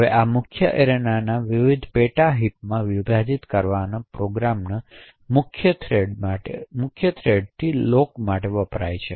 હવે આ મુખ્ય એરેનાને વિવિધ પેટા હિપમાં વિભાજિત કરવામાં પ્રોગ્રામના મુખ્ય થ્રેડથીલોક માટે વપરાય છે